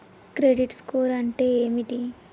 Credit score అంటే ఏమిటి?